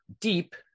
deep